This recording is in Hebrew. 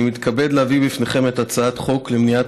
אני מתכבד להביא בפניכם את הצעת חוק למניעת